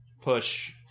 push